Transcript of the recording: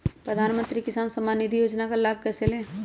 प्रधानमंत्री किसान समान निधि योजना का लाभ कैसे ले?